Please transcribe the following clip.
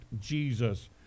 Jesus